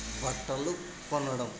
బట్టలు కొనడం